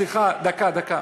סליחה,